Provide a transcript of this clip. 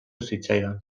zitzaidan